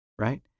right